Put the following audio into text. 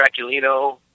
Draculino